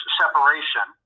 separation